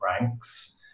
ranks